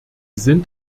sind